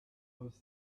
was